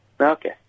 Okay